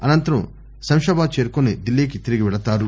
అనంతరం శంషాబాద్ చేరుకొని ఢిల్లీ కి తిరిగి పెళతారు